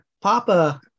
papa